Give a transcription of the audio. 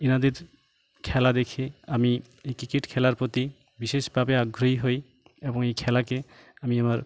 এনাদের খেলা দেখে আমি এই ক্রিকেট খেলার প্রতি বিশেষভাবে আগ্রহী হই এবং এই খেলাকে আমি আমার